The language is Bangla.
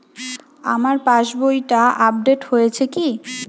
আমার পাশবইটা আপডেট হয়েছে কি?